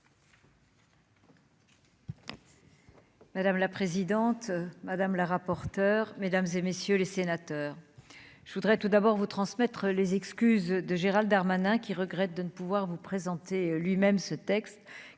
Madame la présidente, madame la rapporteure, mesdames et messieurs les sénateurs, je voudrais tout d'abord vous transmettre les excuses de Gérald Darmanin, qui regrette de ne pouvoir vous présenter lui-même ce texte